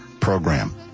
Program